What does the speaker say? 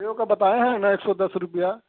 सेब तो बतायें हैं न एक सौ दस रुपया